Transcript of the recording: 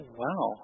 wow